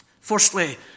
Firstly